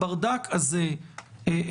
אם הברדק הזה יימשך,